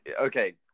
okay